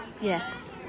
yes